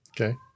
Okay